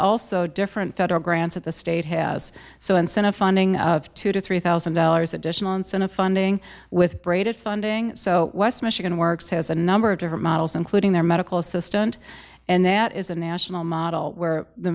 also different federal grants at the state has so incentive funding of two to three thousand dollars additional incentive funding with braided funding so west michigan works has a number of different models including their medical assistant and that is a national model where the